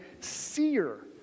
seer